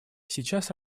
сейчас